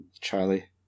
Charlie